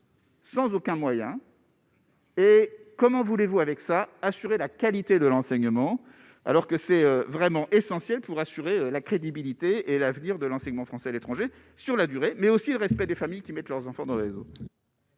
Sans aucun moyen. Et comment voulez-vous avec ça : assurer la qualité de l'enseignement, alors que c'est vraiment essentiel pour assurer la crédibilité et l'avenir de l'enseignement français à l'étranger sur la durée mais aussi le respect des familles qui mettent leurs enfants dans la maison.